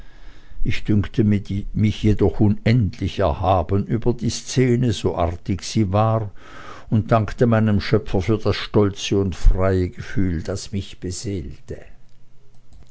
ich dünkte mich jedoch unendlich erhaben über die szene so artig sie war und dankte meinem schöpfer für das stolze und freie gefühl das mich beseelte